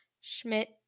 Schmidt